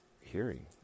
hearing